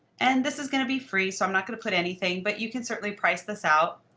and this is going to be free. so i'm not going to put anything. but you can certainly price this out.